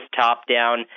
top-down